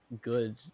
good